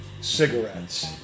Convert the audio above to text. cigarettes